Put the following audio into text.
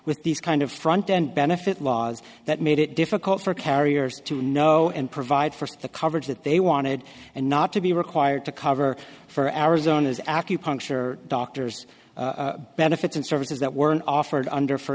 with these kind of front end benefit laws that made it difficult for carriers to know and provide for the coverage that they wanted and not to be required to cover for arizona's acupuncture doctors benefits and services that were offered under for